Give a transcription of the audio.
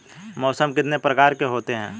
मौसम कितने प्रकार के होते हैं?